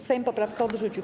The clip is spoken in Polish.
Sejm poprawkę odrzucił.